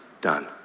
done